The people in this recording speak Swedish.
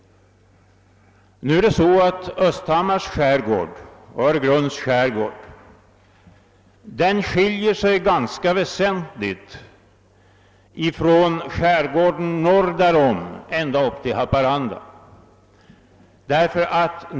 Östhammars skärgård och Öregrunds skärgård skiljer sig ganska väsentligt från skärgården norr därom ända upp till Haparanda.